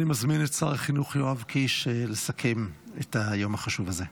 אני מזמין את שר החינוך יואב קיש לסכם את היום החשוב הזה.